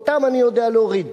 אותם אני יודע להוריד.